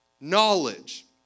knowledge